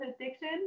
addiction